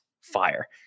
fire